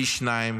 פי שניים